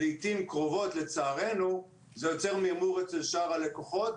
לעתים קרובות לצערנו זה יוצר מירמור אצל שאר הלקוחות,